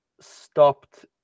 stopped